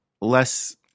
less